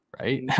right